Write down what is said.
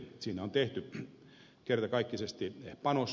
siinä on tehty kertakaikkisesti panos